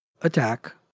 attack